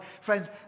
Friends